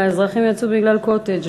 האזרחים יצאו בגלל קוטג',